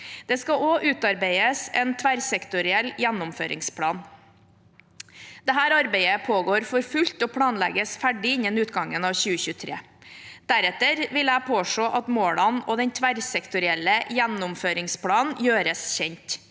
Det skal også utarbeides en tverrsektoriell gjennomføringsplan. Dette arbeidet pågår for fullt og planlegges å være ferdig innen utgangen av 2023. Deretter vil jeg påse at målene og den tverrsektorielle gjennomføringsplanen gjøres kjent.